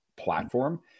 platform